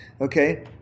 Okay